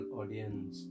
audience